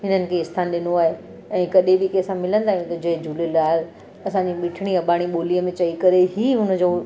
उन्हनि खे स्थान ॾिनो आहे ऐं कॾहिं बि कंहिंसां मिलंदा आहियूं त जय झूलेलाल असांजी मिठड़ी अॿाणी ॿोलीअ में चई करे ई उनजो